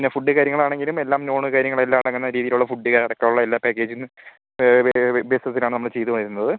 പിന്നെ ഫുഡ്ഡ് കാര്യങ്ങളാണെങ്കിലും എല്ലാം നോൺ കാര്യങ്ങളും എല്ലാ അടങ്ങുന്ന രീതിയിലുള്ള ഫുഡ്ഡ് അടക്കം ഉള്ള എല്ലാ പാക്കേജും ബേ ബേസിസിലാണ് നമ്മൾ ചെയ്ത് വരുന്നത്